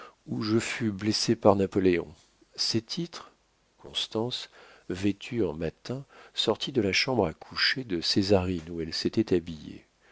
où je fus blessé par napoléon ces titres constance vêtue en matin sortit de la chambre à coucher de césarine où elle s'était habillée